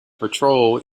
patrol